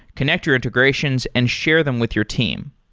connect your integrations and share them with your team.